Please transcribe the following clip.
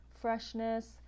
freshness